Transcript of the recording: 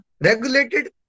Regulated